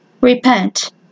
Repent